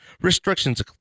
Restrictions